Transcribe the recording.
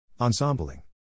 Ensembling